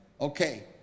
Okay